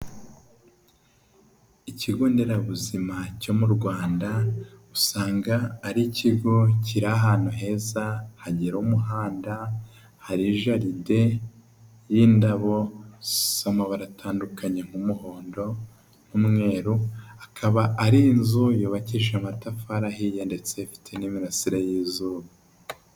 Ikigo nderabuzima cyo mu Rwanda usanga ari ikigo kiri ahantu heza, hagera umuhanda, hari jaride y'indabo, z'amabara atandukanye, nk'umuhondo, n'umweruru, akaba ari inzu yubakishije amatafari ahiye, ndetse ifite n'imirasire y'izuba.